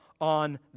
on